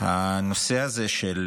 הנושא הזה של